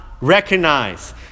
recognize